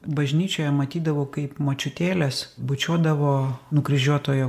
bažnyčioje matydavau kaip močiutėlės bučiuodavo nukryžiuotojo